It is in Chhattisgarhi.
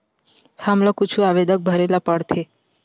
हमला कुछु आवेदन भरेला पढ़थे?